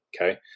okay